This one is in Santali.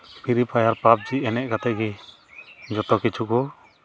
ᱯᱷᱨᱤ ᱯᱷᱟᱭᱟᱨ ᱯᱟᱵᱡᱤ ᱮᱱᱮᱡ ᱠᱟᱛᱮᱫ ᱜᱮ ᱡᱚᱛᱚ ᱠᱤᱪᱷᱩ ᱠᱚ